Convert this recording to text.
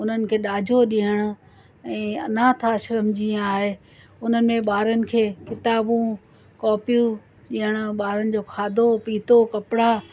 उन्हनि खे ॾाजो ॾियणु ऐं अनाथ आश्रम जीअं आहे उन में ॿारनि खे किताबूं कॉपियूं ॾियणु ॿारनि जो खाधो पीतो कपिड़ा